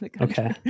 Okay